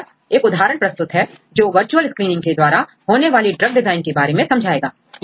यहां पर एक उदाहरण प्रस्तुत है जो वर्चुअल स्क्रीनिंग के द्वारा होने वाली ड्रग डिजाइन के बारे में समझाएगा